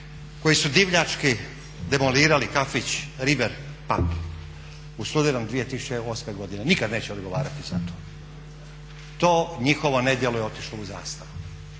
koji su divljački demolirali kafić River pub u studenom 2008. godine nikada neće odgovarati za to. To njihovo nedjelo je otišlo u zastaru.